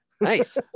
Nice